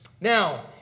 Now